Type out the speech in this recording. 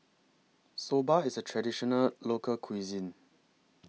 Soba IS A Traditional Local Cuisine